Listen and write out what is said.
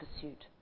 pursuit